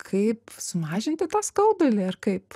kaip sumažinti tą skaudulį ar kaip